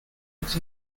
its